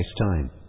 time